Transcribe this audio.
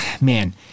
man